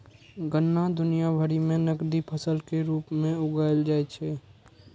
गन्ना दुनिया भरि मे नकदी फसल के रूप मे उगाएल जाइ छै